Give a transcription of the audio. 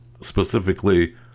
specifically